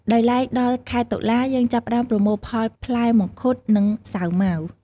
ដោយឡែកដល់ខែតុលាយើងចាប់ផ្តើមប្រមូលផលផ្លែមង្ឃុត និង សាវម៉ាវ។